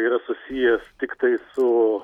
yra susijęs tiktai su